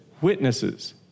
Witnesses